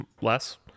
less